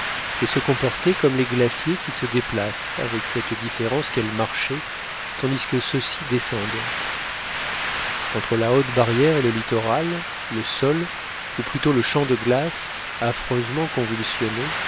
et se comportait comme les glaciers qui se déplacent avec cette différence qu'elle marchait tandis que ceux-ci descendent entre la haute barrière et le littoral le sol ou plutôt le champ de glace affreusement convulsionné